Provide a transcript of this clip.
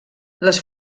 les